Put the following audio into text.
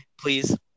please